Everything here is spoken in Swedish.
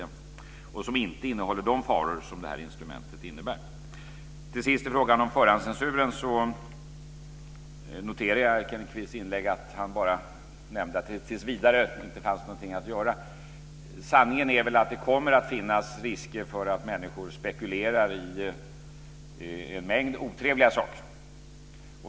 Den innehåller inte de faror som det här instrumentet innebär. Till sist till frågan om förhandscensuren. Jag noterade att Kenneth Kvist i sitt inlägg bara nämnde att det tills vidare inte fanns någonting att göra. Sanningen är väl att det kommer att finnas risker för att människor spekulerar i en mängd otrevliga saker.